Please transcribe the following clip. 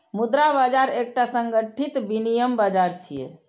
मुद्रा बाजार एकटा संगठित विनियम बाजार छियै